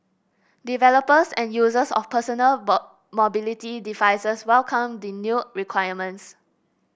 developers and users of personal mobility devices welcomed the new requirements